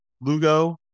Lugo